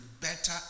better